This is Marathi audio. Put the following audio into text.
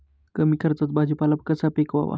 कमी खर्चात भाजीपाला कसा पिकवावा?